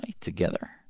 together